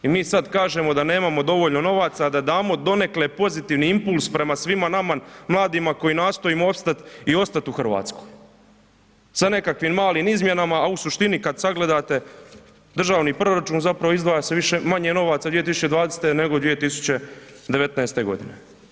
I mi sad kažemo da nemamo dovoljno novaca, da damo donekle pozitivni impuls prema svima nama mladima koji nastojimo opstat i ostat u Hrvatskoj, sa nekakvim malim izmjenama, a u suštini kad zagledate državni proračun zapravo izdvaja se više, manje novaca 2020. nego 2019. godine.